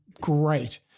Great